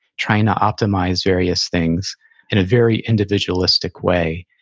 trying to optimize various things in a very individualistic way,